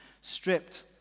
stripped